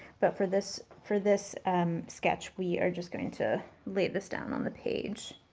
but for this, for this um sketch we are just going to lay this down on the page.